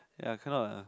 ya cannot la